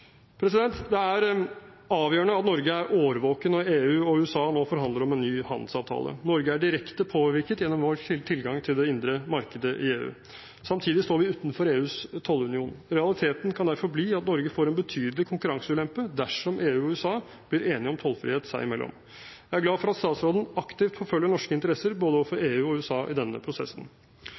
Det er avgjørende at Norge er årvåken når EU og USA nå forhandler om en ny handelsavtale. Norge er direkte påvirket gjennom vår tilgang til det indre marked i EU. Samtidig står vi utenfor EUs tollunion. Realiteten kan derfor bli at Norge får en betydelig konkurranseulempe dersom EU og USA blir enige om tollfrihet seg imellom. Jeg er glad for at statsråden aktivt forfølger norske interesser overfor både EU og USA i denne prosessen.